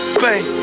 bang